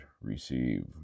receive